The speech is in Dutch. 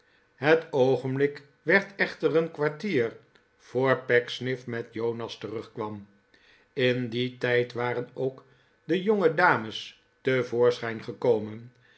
het oogenblik werd echter een kwartier voor pecksniff met jonas terugkwam in dien tijd waren ook de jongedames te voorschijn gekomen